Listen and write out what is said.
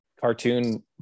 cartoon